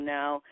now